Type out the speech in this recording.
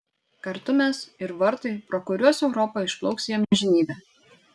kartu mes ir vartai pro kuriuos europa išplauks į amžinybę